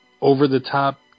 over-the-top